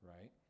right